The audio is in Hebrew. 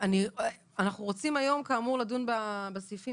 אנחנו רוצים היום כאמור לדון בסעיפים.